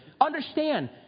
understand